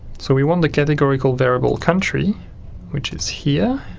so we want the categorical variable country which is here